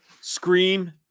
Scream